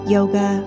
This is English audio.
yoga